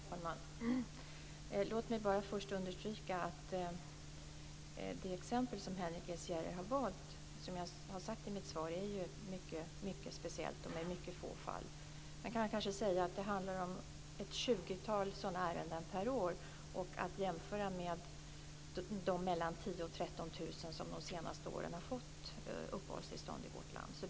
Fru talman! Låt mig bara först understryka att det exempel som Henrik S Järrel har valt som jag har sagt i mitt svar är mycket speciellt. Det är mycket få fall. Man kanske kan säga att det handlar om ett tjugotal sådana ärenden per år. Det ska jämföras med de 10 000-13 000 som det senaste åren har fått uppehållstillstånd i vårt land.